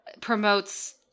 promotes